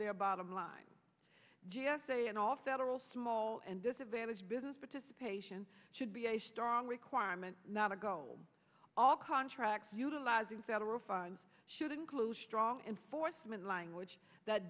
their bottom line g s a and all federal small and disadvantaged business participation should be a strong requirement not a goal all contracts utilizing federal funds should include strong enforcement language that